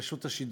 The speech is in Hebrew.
רשות השידור.